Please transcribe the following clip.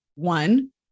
One